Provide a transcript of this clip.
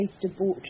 debauchery